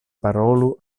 parolu